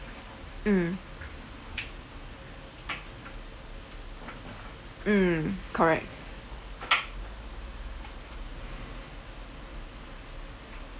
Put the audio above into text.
mm mm correct